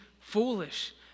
foolish